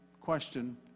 question